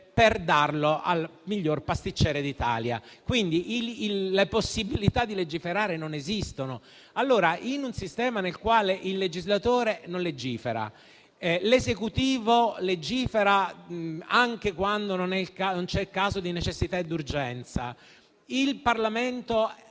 premio al miglior pasticcere d'Italia, quindi le possibilità di legiferare non esistono. Allora, in un sistema nel quale il legislatore non legifera e l'Esecutivo legifera anche quando non c'è un caso di necessità ed urgenza, il Parlamento